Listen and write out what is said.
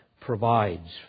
provides